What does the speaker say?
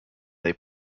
they